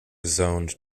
zoned